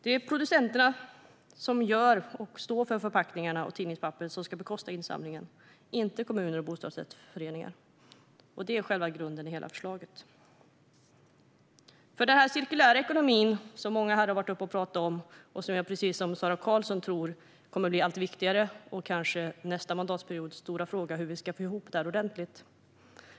Det är producenterna som står för förpackningarna och tidningspapperet som ska bekosta insamlingen, inte kommuner och bostadsrättsföreningar. Det är själva grunden i hela förslaget. Många har varit uppe här i debatten och talat om den cirkulära ekonomin. Jag tror precis som Sara Karlsson att det kommer att bli allt viktigare. Nästa mandatperiods stora fråga kanske blir hur vi ska få ihop det ordentligt.